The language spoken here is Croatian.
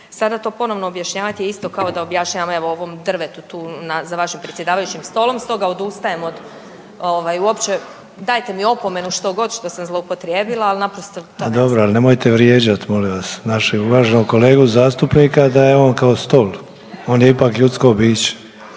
sada to ponovo objašnjavati je isto kao da objašnjavam ovom drvetu tu za vašim predsjedavajućim stolom, stoga odustajem od ovaj, uopće, dajte mi opomenu, što god, što sam zloupotrijebila, ali naprosto ne znam. **Sanader, Ante (HDZ)** Pa dobro, ali nemojte vrijeđati, molim vas našeg uvaženog kolegu zastupnika da je on kao stol. On je ipak ljudsko biće